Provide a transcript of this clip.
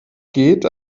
geht